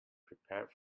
prepared